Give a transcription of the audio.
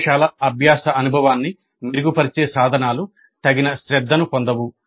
ప్రయోగశాల అభ్యాస అనుభవాన్ని మెరుగుపరిచే సాధనాలు తగిన శ్రద్ధను పొందవు